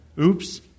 Oops